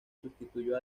sustituyó